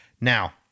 Now